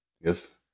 Yes